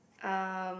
um